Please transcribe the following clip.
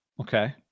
Okay